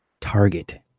target